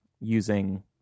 using